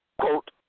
quote